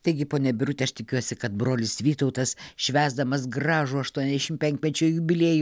taigi ponia birute aš tikiuosi kad brolis vytautas švęsdamas gražų aštuoniasdešim penkmečio jubiliejų